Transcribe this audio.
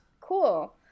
cool